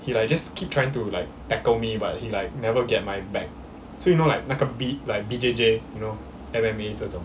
he like just keep trying to like tackle me but he like never get my back so you know like 那个 B like B_J_J know M_M_A 这种